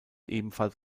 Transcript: ebenfalls